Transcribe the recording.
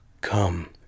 Come